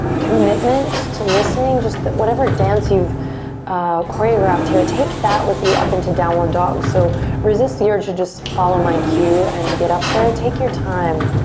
commitment to listening, just whatever dance you've choreographed here, take that with you up into downward dog. so resist the urge to just follow my cue and get up there. take your time.